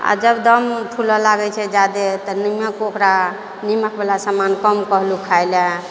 आ जब दम वम फुलऽ लागै छै ज्यादे तऽ नमक ओकरा नमकवला सामान कम कहलहुँ खाइ लेल